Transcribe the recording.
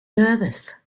nervous